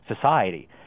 society